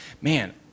man